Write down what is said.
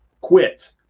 quit